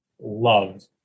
loved